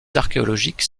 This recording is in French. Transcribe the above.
archéologiques